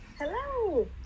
Hello